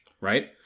right